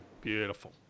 Beautiful